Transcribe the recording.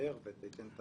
תתיישר ותיתן את